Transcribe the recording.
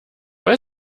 weil